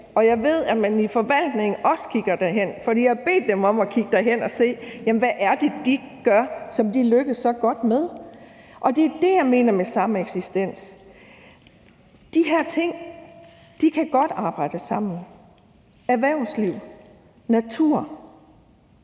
og jeg ved, at man i forvaltningen også kigger derhen, for vi har bedt dem om at kigge derhen for at se, hvad det er, de gør, som de lykkes så godt med. Det er det, jeg mener med sameksistens. De her ting kan godt arbejde sammen, altså erhvervsliv, natur